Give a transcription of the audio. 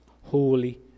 holy